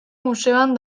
museoan